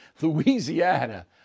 louisiana